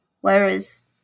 Whereas